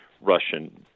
Russian